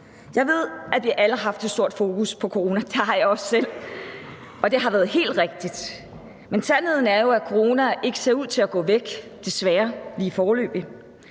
Jeg ved, at vi alle har haft et stort fokus på corona. Det har jeg også selv, og det har været helt rigtigt. Men sandheden er jo, at corona desværre ikke ser ud til at gå væk lige foreløbig,